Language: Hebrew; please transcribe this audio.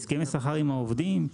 בהסכמי שכר עם העובדים.